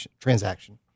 transaction